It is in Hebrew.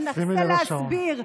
שמנסה להסביר,